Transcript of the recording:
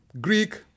Greek